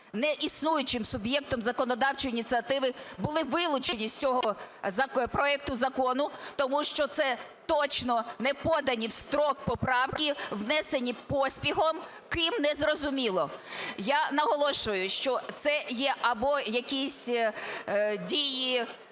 неіснуючим суб'єктом законодавчої ініціативи, були вилучені з цього проекту закону, тому що це точно не подані в строк поправки, внесені поспіхом, ким – не зрозуміло. Я наголошую, що це є або якісь дії